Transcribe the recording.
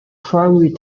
primary